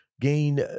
gain